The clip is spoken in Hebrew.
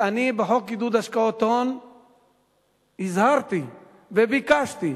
בחוק עידוד השקעות הון הזהרתי וביקשתי,